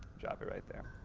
drop it right there.